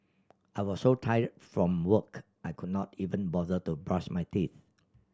I was so tired from work I could not even bother to brush my teeth